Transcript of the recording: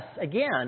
again